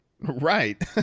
Right